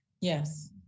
Yes